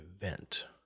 event